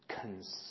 consume